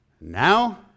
Now